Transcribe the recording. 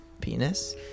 penis